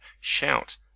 Shout